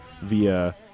via